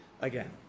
again